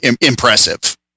impressive